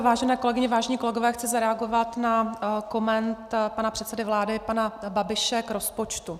Vážené kolegyně, vážení kolegové, chci zareagovat na komentář pana předsedy vlády pana Babiše k rozpočtu.